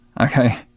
Okay